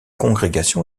congrégation